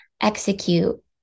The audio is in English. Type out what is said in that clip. execute